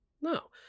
no